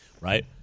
Right